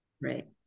Right